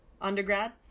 undergrad